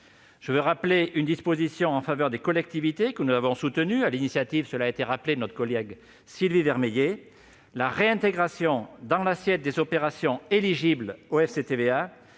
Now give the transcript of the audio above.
Je veux rappeler une disposition en faveur des collectivités, que nous avons soutenue, sur l'initiative de notre collègue Sylvie Vermeillet : la réintégration dans l'assiette des opérations éligibles au FCTVA